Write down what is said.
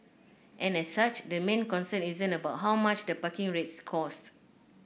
and as such the main concern isn't about how much the parking rates cost